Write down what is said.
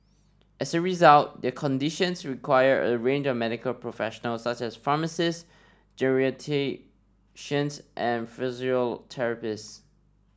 as a result their conditions require a range of medical professionals such as pharmacists geriatricians and physiotherapists